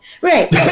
Right